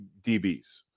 DBs